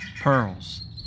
pearls